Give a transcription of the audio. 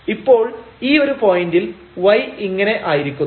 ഇപ്പോൾ ഈ ഒരു പോയിന്റിൽ y ഇങ്ങനെ ആയിരിക്കുന്നു